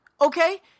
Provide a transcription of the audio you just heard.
Okay